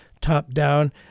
top-down